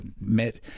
met